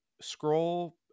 scroll